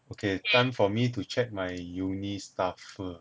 okay time for me to check my uni stuff first